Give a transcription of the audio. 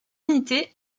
unités